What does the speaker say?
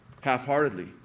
half-heartedly